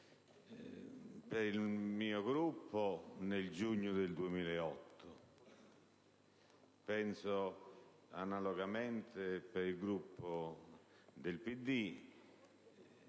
per il mio Gruppo, nel giugno 2008 (penso analogamente per il Gruppo del PD),